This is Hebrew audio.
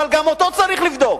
אבל גם אותו צריך לבדוק,